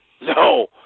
No